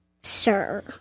Sir